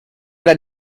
the